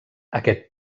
aquest